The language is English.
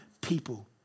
people